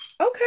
Okay